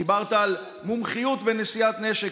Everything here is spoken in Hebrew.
דיברת על מומחיות בנשיאת נשק,